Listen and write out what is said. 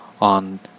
on